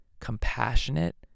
compassionate